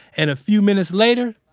and a few minutes later.